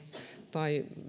tai